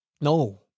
No